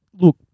Look